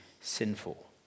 sinful